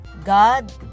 God